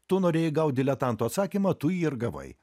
tu norėjai gaut diletanto atsakymą tu jį ir gavai